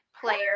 player